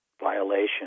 violation